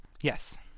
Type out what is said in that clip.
Yes